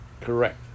Correct